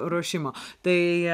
ruošimo tai